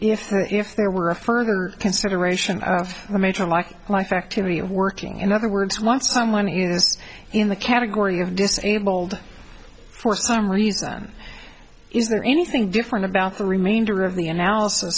if if there were a further consideration after a major like life activity and working in other words once someone is in the category of disabled for some reason is there anything different about the remainder of the analysis